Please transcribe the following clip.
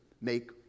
make